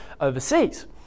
overseas